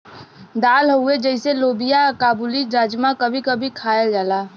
दाल हउवे जइसे लोबिआ काबुली, राजमा कभी कभी खायल जाला